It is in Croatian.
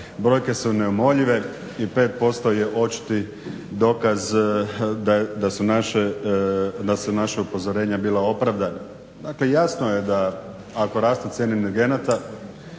brojke su neumoljive i 5% je očiti dokaz da su naša upozorenja bila opravdana. Dakle, jasno je da ako rastu cijene energenata